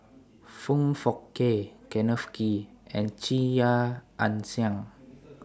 Foong Fook Kay Kenneth Kee and Chia Ann Siang